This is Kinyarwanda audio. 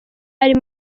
ari